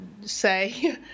say